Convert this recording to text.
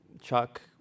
Chuck